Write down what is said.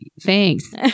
thanks